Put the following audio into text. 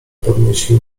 podnieśli